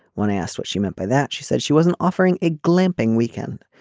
when asked what she meant by that she said she wasn't offering a glimpsing weekend.